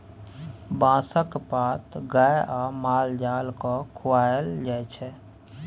बाँसक पात गाए आ माल जाल केँ खुआएल जाइ छै